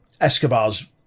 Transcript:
Escobar's